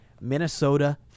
Minnesota